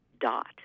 dot